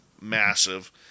massive